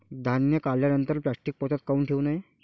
धान्य काढल्यानंतर प्लॅस्टीक पोत्यात काऊन ठेवू नये?